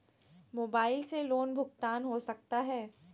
Mobile से loan भुगतान हो सकता है?